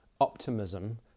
optimism